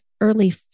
early